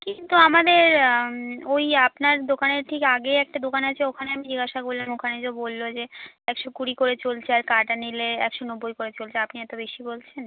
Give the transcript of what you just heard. কিন্তু আমাদের ওই আপনার দোকানের ঠিক আগেই একটা দোকান আছে ওখানে আমি জিজ্ঞাসা করলাম ওখানে যে বললো যে একশো কুড়ি করে চলছে আর কাটা নিলে একশো নব্বই করে চলছে আপনি এতো বেশি বলছেন